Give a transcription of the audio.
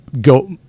go